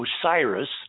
Osiris